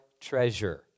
treasure